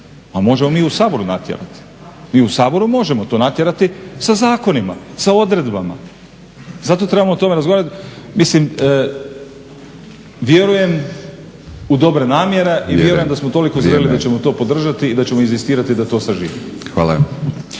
Pa možemo mi u Saboru natjerati, mi u Saboru možemo to natjerati sa zakonima, sa odredbama. Zato trebamo o tome razgovarati. Mislim vjerujem u dobre namjere i vjerujem da smo toliko zreli da ćemo to podržati i da ćemo inzistirati da to saživi.